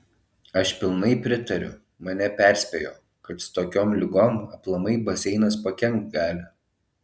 aš pilnai pritariu mane perspėjo kad su tokiom ligom aplamai baseinas pakenkt gali